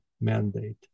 mandate